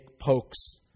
pokes